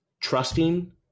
trusting